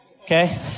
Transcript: Okay